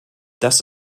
das